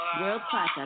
world-class